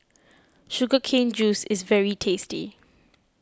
Sugar Cane Juice is very tasty